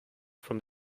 from